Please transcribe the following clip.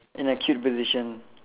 in a cute position